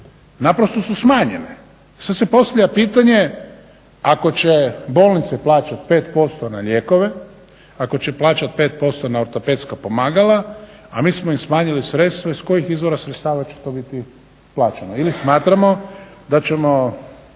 naprosto su smanjene. I sad se postavlja pitanje ako će bolnice plaćati 5% na lijekove, ako će plaćati 5% na ortopedska pomagala a mi smo im smanjili sredstva iz kojih izvora sredstava će to biti plaćeno? Ili smatramo da ćemo